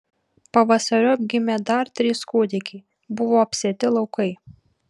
pavasariop gimė dar trys kūdikiai buvo apsėti laukai